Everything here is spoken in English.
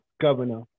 governor